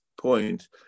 point